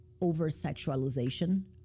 over-sexualization